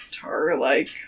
tar-like